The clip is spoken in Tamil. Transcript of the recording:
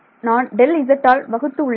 நான் Δz ஆல் வகுத்து உள்ளேன்